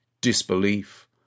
disbelief